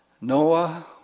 Noah